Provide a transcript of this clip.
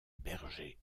bergers